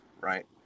right